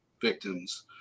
victims